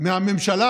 הממשלה